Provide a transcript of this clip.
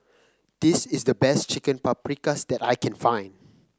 this is the best Chicken Paprikas that I can find